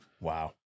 Wow